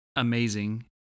Amazing